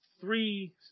three